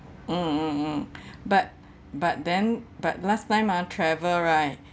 mm mm mm but but then but last time ah travel right